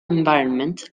environment